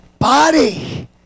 body